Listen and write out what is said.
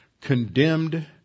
condemned